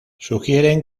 sugieren